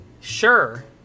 Sure